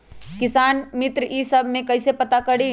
किसान मित्र ई सब मे कईसे पता करी?